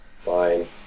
fine